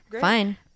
fine